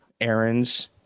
errands